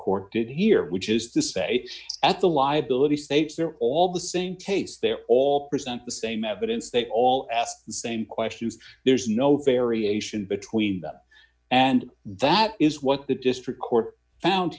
court did here which is the say at the liability states they're all the same case they're all present the same evidence they all ask the same questions there's no variation between them and that is what the district court found